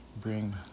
bring